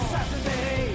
Saturday